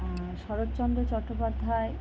আর Saratchandra Chattopadhyay